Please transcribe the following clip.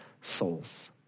souls